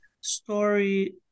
story